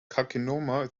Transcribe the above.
carcinoma